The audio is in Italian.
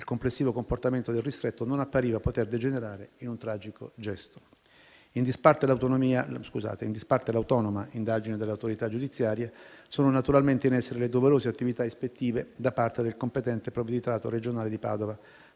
complessivo comportamento del ristretto non appariva poter degenerare in un tragico gesto. Accanto all'autonoma indagine dell'autorità giudiziaria, sono naturalmente in essere le doverose attività ispettive da parte del competente provveditorato regionale di Padova,